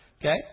Okay